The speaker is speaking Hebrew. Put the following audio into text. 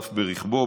נוספת.